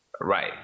Right